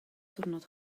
diwrnod